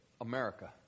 America